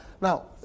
Now